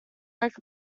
like